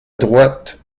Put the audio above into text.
droite